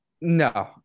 no